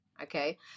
Okay